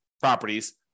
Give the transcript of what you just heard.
properties